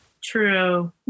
true